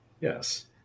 Yes